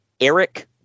Eric